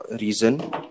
reason